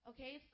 Okay